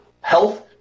health